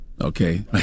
Okay